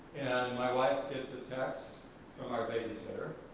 my wife gets a text from our babysitter,